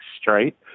straight